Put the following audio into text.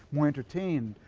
more entertained,